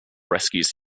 rescues